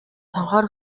цонхоор